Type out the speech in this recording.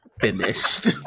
finished